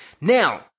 Now